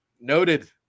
noted